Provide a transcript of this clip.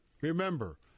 remember